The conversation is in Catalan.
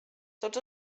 tots